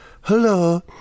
Hello